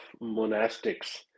monastics